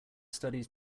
studies